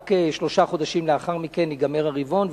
רק שלושה חודשים לאחר מכן ייגמר הרבעון,